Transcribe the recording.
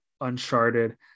Uncharted